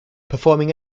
performing